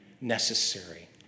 necessary